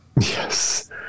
Yes